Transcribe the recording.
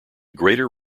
greater